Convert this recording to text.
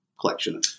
collection